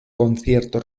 concierto